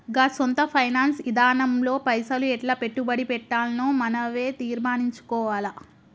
గా సొంత ఫైనాన్స్ ఇదానంలో పైసలు ఎట్లా పెట్టుబడి పెట్టాల్నో మనవే తీర్మనించుకోవాల